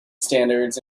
standards